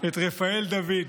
את רפאל דוד,